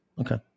Okay